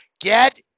Get